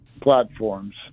platforms